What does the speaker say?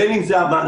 בין אם זה המל"ל,